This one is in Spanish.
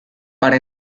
para